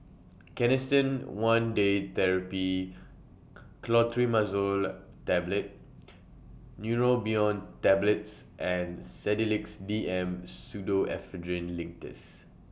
Canesten one Day Therapy Clotrimazole Tablet Neurobion Tablets and Sedilix D M Pseudoephrine Linctus